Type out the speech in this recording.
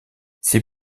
c’est